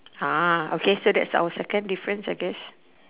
ah okay so that's our second difference I guess